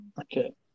Okay